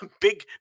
big